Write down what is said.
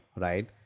right